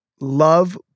love